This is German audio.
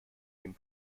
dem